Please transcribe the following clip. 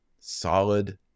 Solid